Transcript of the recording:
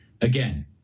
Again